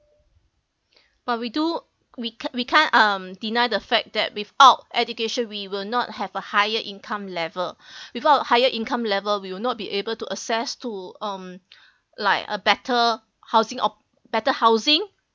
but we do we we can't um deny the fact that without education we will not have a higher income level without higher income level we will not be able to access to um like a better housing or better housing